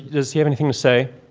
does he have anything to say?